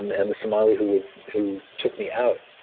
and and the somali who who took me out